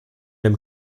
dem